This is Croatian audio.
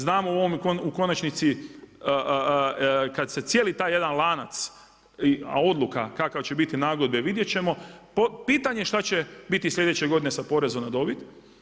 Znamo u konačnici kada se cijeli taj jedan lanac, a odluka kakva će biti nagodbe vidjet ćemo, pitanje što će biti sljedeće godine sa poreznom na dobit.